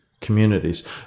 communities